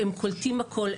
הם קולטים הכל,